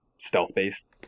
stealth-based